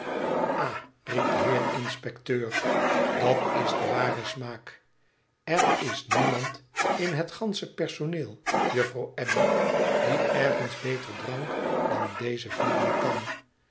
aav riep de heer inspecteur dat is de ware smaak i er is niemand in het gansche personeel juffrouw abbey die ergens beter drank dan dezen vinden kan